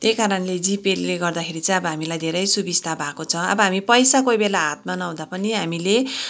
त्यही कारणले जी पेले गर्दाखेरि चाहिँ अब हामीलाई धेरै सुविस्ता भएको छ अब हामी पैसा कोही बेला हातमा नहुँदा पनि हामीले